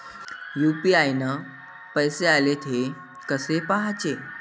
UPI न पैसे आले, थे कसे पाहाचे?